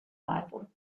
bible